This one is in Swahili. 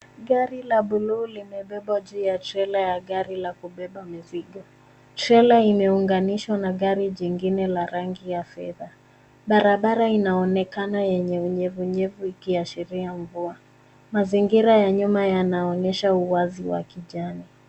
Gari la buluu limebebwa kwenye trela ya gari la kubeba mizigo. Trela limeunganishwa na gari jingine la rangi ya fedha. Barabara inaonekana enye unyevunyevu, ikionyesha ishara ya mvua. Mazingira ya nyuma yanaonyesha uwazi wa kijani.